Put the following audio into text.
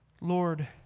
Lord